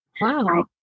Wow